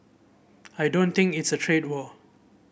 I don't think it's a trade war